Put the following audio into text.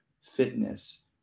fitness